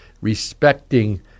respecting